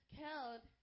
killed